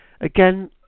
again